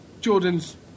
Jordan's